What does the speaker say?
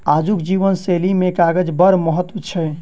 आजुक जीवन शैली मे कागजक बड़ महत्व छै